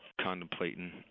contemplating